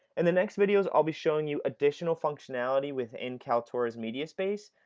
and the next videos i'll be showing you additional functionality within kaltura's mediaspace,